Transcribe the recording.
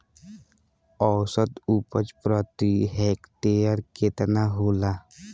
औसत उपज प्रति हेक्टेयर केतना होला?